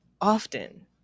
often